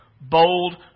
bold